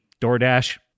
DoorDash